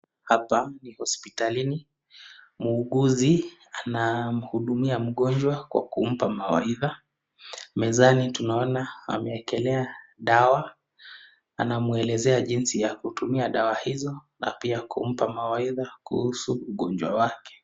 Hapa ni hospitalini muuguzi anamhudumia mgonjwa kwa kumpa mawaidha. Mezani tunaona amewekelea dawa anamwelezea jinsi ya kutumia dawa hizo na pia kumpa mawaidha kuhusu ugonjwa wake.